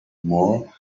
more